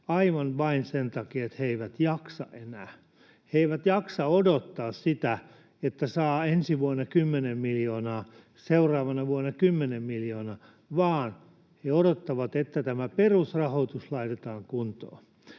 aivan vain sen takia, että he eivät jaksa enää. He eivät jaksa odottaa sitä, että saa ensi vuonna kymmenen miljoonaa, seuraavana vuonna kymmenen miljoonaa, vaan he odottavat, että tämä perusrahoitus laitetaan kuntoon.